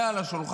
אם זה על השולחן,